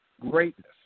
greatness